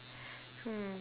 hmm